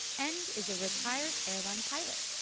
and is a retired airline pilot.